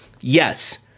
Yes